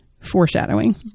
foreshadowing